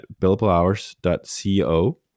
billablehours.co